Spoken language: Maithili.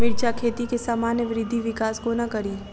मिर्चा खेती केँ सामान्य वृद्धि विकास कोना करि?